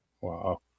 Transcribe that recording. Wow